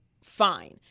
fine